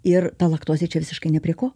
ir ta laktozė čia visiškai ne prie ko